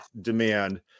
demand